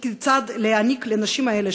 כיצד להעניק לנשים האלה,